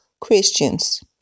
Christians